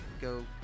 go